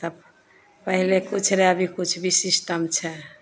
तऽ पहिले किछु रहै अभी किछु भी सिस्टम छै